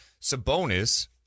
Sabonis